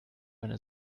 eine